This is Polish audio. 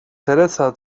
teresa